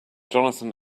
johnathan